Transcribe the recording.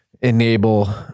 enable